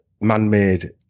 man-made